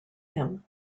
him